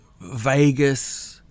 Vegas –